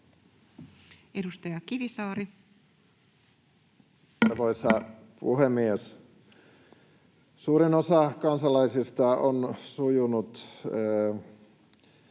Edustaja Kivisaari. Arvoisa puhemies! Suurin osa kansalaisista on sujuvasti